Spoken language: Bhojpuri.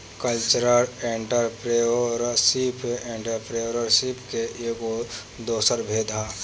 कल्चरल एंटरप्रेन्योरशिप एंटरप्रेन्योरशिप के एगो दोसर भेद ह